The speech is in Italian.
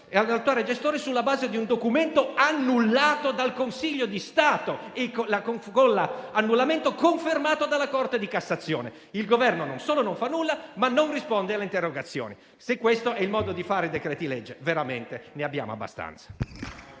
all'attuale gestore sulla base di un documento annullato dal Consiglio di Stato, annullamento confermato dalla Corte di cassazione. Il Governo non solo non fa nulla, ma non risponde alle interrogazioni. Se questo è il modo di fare decreti-legge, veramente ne abbiamo abbastanza!